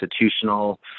institutional